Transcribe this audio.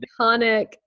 Iconic